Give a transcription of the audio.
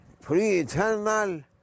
pre-eternal